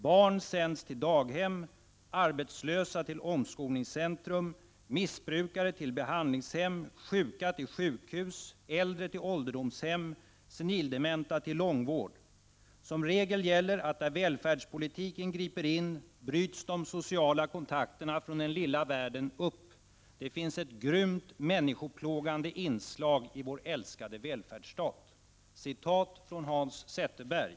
Barn sänds till daghem, arbetslösa till omskolningscentrum, missbrukare till behandlingshem, sjuka till sjukhus, äldre till ålderdomshem, senildementa till långvård. Som regel gäller att där välfärdspolitiken griper in bryts de sociala kontakterna från den lilla världen upp. Det finns ett grymt, människoplågande inslag i vår älskade välfärdsstat.” Detta var ett citat av Hans Zetterberg.